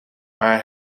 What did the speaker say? maar